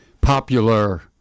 popular